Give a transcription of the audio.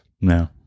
No